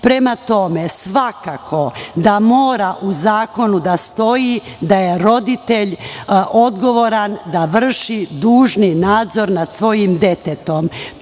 to. Prema tome, svakako da u zakonu mora da stoji da je roditelj odgovoran da vrši dužni nadzor nad svojim detetom.